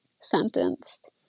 sentenced